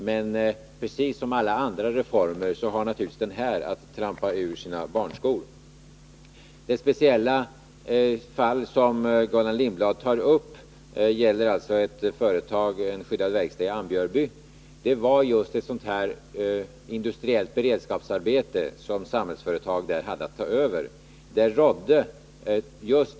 Men precis som alla andra reformer har naturligtvis denna att trampa ur sina barnskor. Det speciella fall som Gullan Lindblad tar upp gäller en skyddad verkstad i Ambjörby med ett industriellt beredskapsarbete som Samhällsföretag hade att ta över.